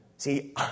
See